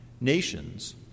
Nations